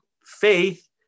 faith